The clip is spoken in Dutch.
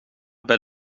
bij